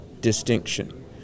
distinction